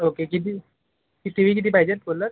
okay किती T V किती पाहिजेत बोललात